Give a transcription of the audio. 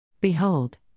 Behold